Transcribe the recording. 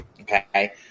okay